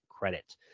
credit